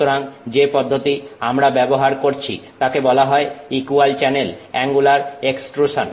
সুতরাং যে পদ্ধতি আমরা ব্যবহার করছি তাকে বলা হয় ইকুয়াল চ্যানেল অ্যাঙ্গুলার এক্সট্রুসান